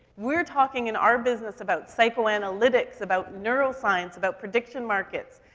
we're talking in our business about psychoanalytics, about neuroscience, about prediction markets,